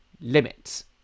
limits